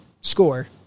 score